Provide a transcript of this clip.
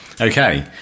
okay